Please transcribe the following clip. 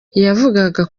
yavugaga